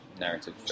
narrative